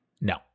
No